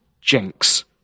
Jinx